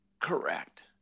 Correct